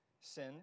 sin